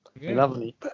Lovely